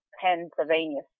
Pennsylvania